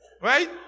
Right